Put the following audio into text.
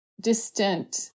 distant